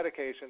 medications